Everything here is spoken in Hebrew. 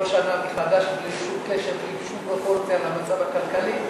שנה מחדש בלי שום קשר ובלי שום פרופורציה למצב הכלכלי,